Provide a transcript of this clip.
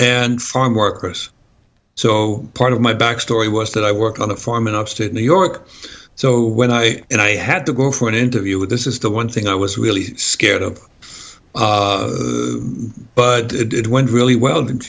and foreign workers so part of my back story was that i work on a farm in upstate new york so when i and i had to go for an interview with this is the one thing i was really scared of but it went really well